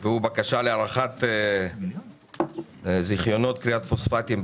בקשה להארכת זכיונות כריית פוספטים,